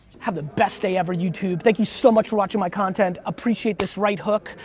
have the best day ever, youtube. thank you so much for watching my content. appreciate this right hook.